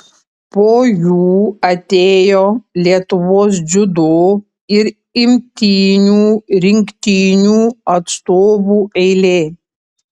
po jų atėjo lietuvos dziudo ir imtynių rinktinių atstovų eilė